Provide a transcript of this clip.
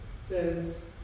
says